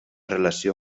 relació